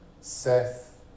Seth